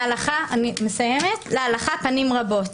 להלכה פנים רבות,